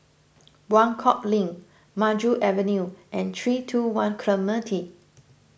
Buangkok Link Maju Avenue and three two one Clementi